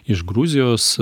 iš gruzijos